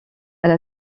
elle